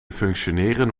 functioneren